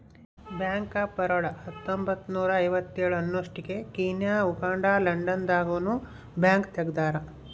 bank of Baroda ಹತ್ತೊಂಬತ್ತ್ನೂರ ಐವತ್ತೇಳ ಅನ್ನೊಸ್ಟಿಗೆ ಕೀನ್ಯಾ ಉಗಾಂಡ ಲಂಡನ್ ದಾಗ ನು ಬ್ಯಾಂಕ್ ತೆಗ್ದಾರ